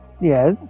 Yes